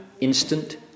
instant